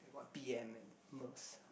like what b_m and Merc